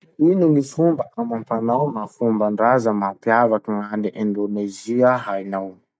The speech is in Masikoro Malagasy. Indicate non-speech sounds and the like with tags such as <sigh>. <noise> Ino gny fomba amam-panao na fomban-draza <noise> mampiavaky gn'any Indonezia hainao?